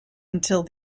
until